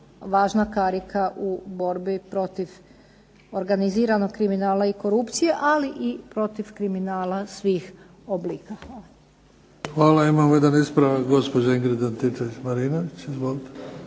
važna karika u borbi protiv organiziranog kriminala i korupcije, ali i protiv kriminala svih oblika. Hvala. **Bebić, Luka (HDZ)** Hvala. Imamo jedan ispravak, gospođa Ingrid Antičević-Marinović.